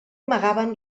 amagaven